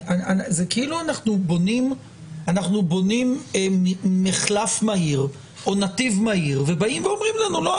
זה כאילו אנחנו בונים מחלף מהיר או נתיב מהיר ובאים ואומרים לנו 'לא,